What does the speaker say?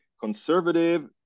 conservative